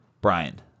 Brian